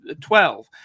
twelve